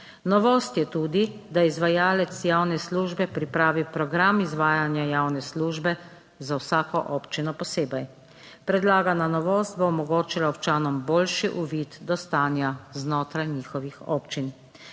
Novost je tudi, da izvajalec javne službe pripravi program izvajanja javne službe za vsako občino posebej. Predlagana novost bo omogočila občanom boljši uvid do stanja znotraj njihovih občin.